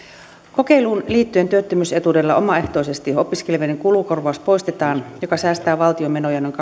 kokeiluun liittyen työttömyysetuudella omaehtoisesti opiskelevien kulukorvaus poistetaan mikä säästää valtion menoja noin